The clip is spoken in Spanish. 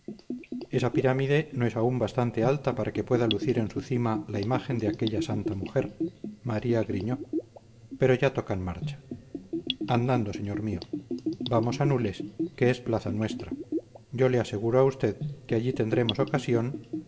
esa pirámide no es aún bastante alta para que pueda lucir en su cima la imagen de aquella santa mujer maría griñó pero ya tocan marcha andando señor mío vamos a nules que es plaza nuestra yo le aseguro a usted que allí tendremos ocasión